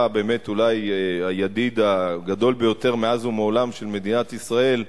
אולי הידיד הגדול ביותר מאז ומעולם של מדינת ישראל,